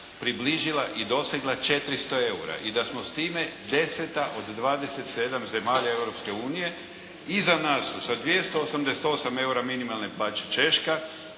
približila i dosegla 400 eura i da smo time 10. od 27. zemalja Europske unije. Iza nas su sa 288 eura minimalne plaće Češka,